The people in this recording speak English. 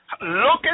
Look